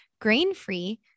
grain-free